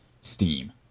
steam